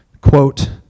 quote